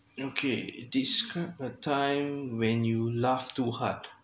okay describe a time when you laugh too hard